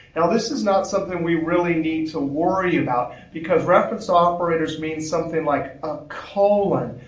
now this is not something we really need to worry about because reference operators mean something like ah colon.